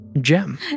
gem